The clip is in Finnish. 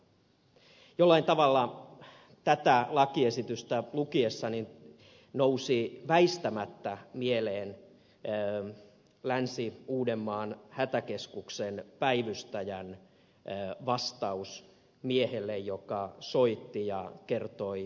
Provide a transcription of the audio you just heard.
jollain tavalla tätä lakiesitystä lukiessani nousi väistämättä mieleen länsi uudenmaan hätäkeskuksen päivystäjän vastaus miehelle joka soitti ja kertoi lähisuhdeväkivallasta